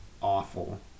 awful